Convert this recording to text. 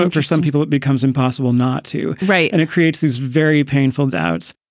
um for some people, it becomes impossible not to write. and it creates these very painful doubts